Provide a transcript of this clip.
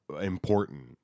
important